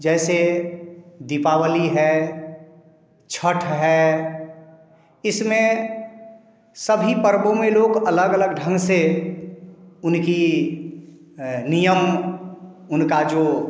जैसे दीपावली है छठ है इसमें सभी पर्वों में लोग अलग अलग ढंग से उनकी नियम उनका जो